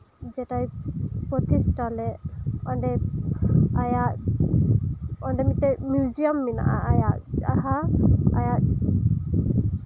ᱡᱮᱴᱟᱭ ᱯᱚᱛᱤᱥᱴᱷᱟᱞᱮᱫ ᱚᱸᱰᱮ ᱟᱭᱟᱜ ᱚᱸᱰᱮ ᱢᱤᱫᱴᱮᱱ ᱢᱤᱣᱡᱤᱭᱟᱢ ᱢᱮᱱᱟᱜᱼᱟ ᱟᱭᱟᱜ ᱡᱟᱦᱟᱸ ᱟᱭᱟᱜ